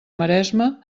maresma